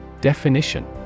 Definition